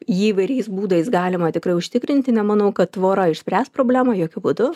jį įvairiais būdais galima tikrai užtikrinti nemanau kad tvora išspręs problemą jokiu būdu